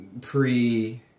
pre